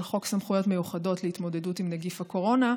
חוק סמכויות מיוחדות להתמודדות עם נגיף הקורונה,